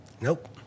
Nope